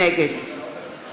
נגד